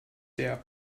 der